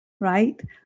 right